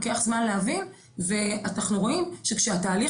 לוקח זמן להבין ואנחנו רואים שכשהתהליך